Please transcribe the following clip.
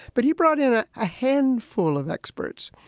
but he brought in a ah handful of experts,